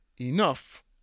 enough